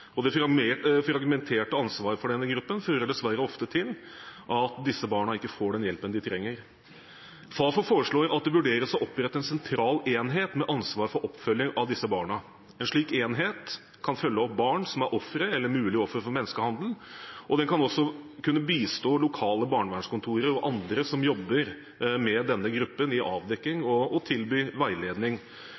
Det fragmenterte ansvaret for denne gruppen fører dessverre ofte til at disse barna ikke får den hjelpen de trenger. Fafo foreslår at det vurderes å opprette en sentral enhet med ansvar for oppfølging av disse barna. En slik enhet kan følge opp barn som er ofre eller mulige ofre for menneskehandel, og den skal også kunne bistå lokale barnevernskontor og andre som jobber med denne gruppen, i avdekking og tilby veiledning.